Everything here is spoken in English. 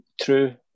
true